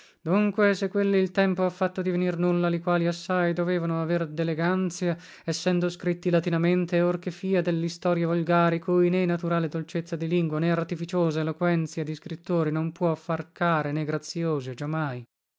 dunque se quelli il tempo ha fatto divenir nulla li quali assai dovevano aver deleganzia essendo scritti latinamente or che fia dellistorie volgari cui né naturale dolcezza di lingua né artificiosa eloquenzia di scrittori non può far care né graziose giamai